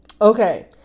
okay